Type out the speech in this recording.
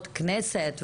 הכנסת,